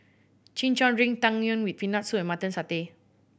Chin Chow drink Tang Yuen with Peanut Soup and Mutton Satay